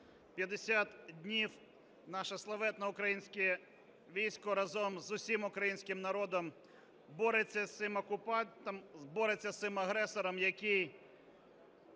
50 днів наше славетне українське військо разом з усім українським народом бореться з цим окупантом, бореться з цим агресором, який